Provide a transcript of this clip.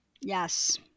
Yes